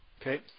Okay